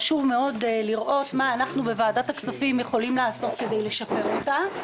חשוב מאוד לראות מה אנחנו בוועדת הכספים יכולים לעשות כדי לשפר אותה.